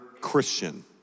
Christian